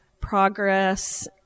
progress